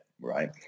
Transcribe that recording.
Right